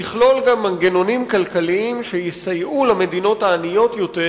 בין היתר מדובר במנגנונים כלכליים שיסייעו למדינות העניות יותר